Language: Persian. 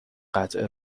قطع